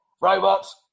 Robots